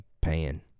paying